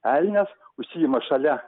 elnias užsiima šalia